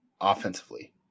offensively